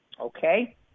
Okay